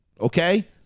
Okay